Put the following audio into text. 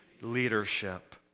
leadership